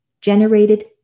generated